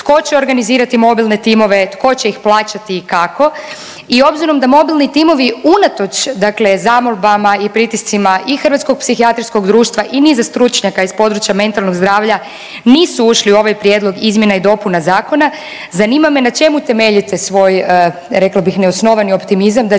tko će organizirati mobilne timove, tko će ih plaćati i kako i obzirom da mobilni timovi unatoč dakle zamolbama i pritiscima i Hrvatskog psihijatrijskog društva i niza stručnjaka iz područja mentalnog zdravlja nisu ušli u ovaj prijedlog izmjena i dopuna zakona, zanima me na čemu temeljite svoj rekla bih neosnovani optimizam da će